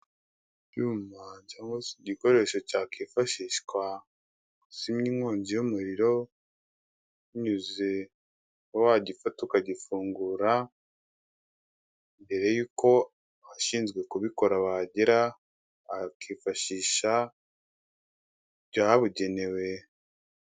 Icyuma cyangwa igikoresho cyakwifashishwa mu kuzimya inkongi y'umuriro, binyuze mu kuba wagifata ukagifungura, mbere yuko abashinzwe kubikora bahagera, wakifashisha ibyabugenewe.